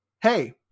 Hey